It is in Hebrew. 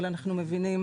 אבל אנחנו מבינים